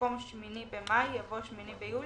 במקום "8 במאי" יבוא "8 ביולי"